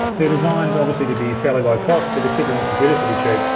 they're designed obviously, to be fairly low-cost because people want computers to be cheap.